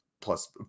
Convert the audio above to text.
plus